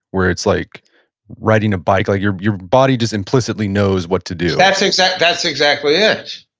where it's like riding a bike? like your your body just implicitly knows what to do that's exactly that's exactly it.